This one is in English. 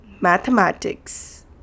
mathematics